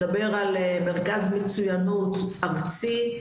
מדבר על מרכז מצוינות ארצי,